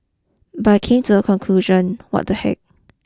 but came to the conclusion what the heck